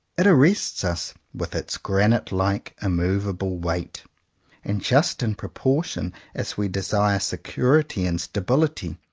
it arrests us with its granite-like immovable weight and just in proportion as we desire security and stability,